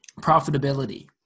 profitability